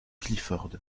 clifford